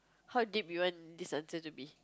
how deep you want this answer to be